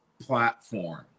platform